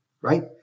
right